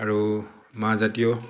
আৰু মাহ জাতীয়